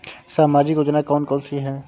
सामाजिक योजना कौन कौन सी हैं?